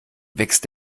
wächst